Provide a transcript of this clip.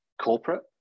corporate